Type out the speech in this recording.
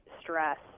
stress